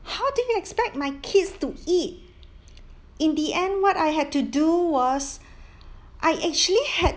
how do you expect my kids to eat in the end what I had to do was I actually had